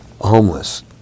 homeless